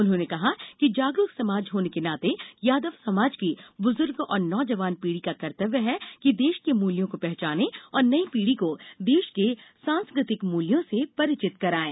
उन्होंने कहा कि जागरूक समाज होने के नाते यादव समाज की बुजुर्ग और नौजवान पीढ़ी का कर्त्तव्य है कि देश के मूल्यों को पहचाने और नई पीढ़ी को देश के सांस्कृतिक मूल्यों से परिचित करायें